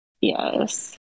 Yes